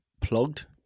plugged